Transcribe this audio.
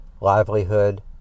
livelihood